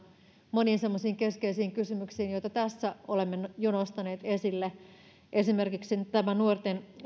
moniin semmoisiin keskeisiin kysymyksiin joita tässä olemme jo nostaneet esille esimerkiksi tähän nuorten